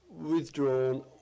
withdrawn